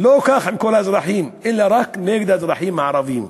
לא כך עם כל האזרחים, אלא רק נגד האזרחים הערבים.